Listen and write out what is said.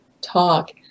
talk